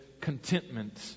contentment